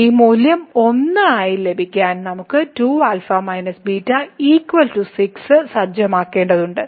ഈ മൂല്യം 1 ആയി ലഭിക്കാൻ നമ്മൾ 2α β 6 സജ്ജമാക്കേണ്ടതുണ്ട്